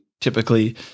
typically